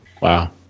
Wow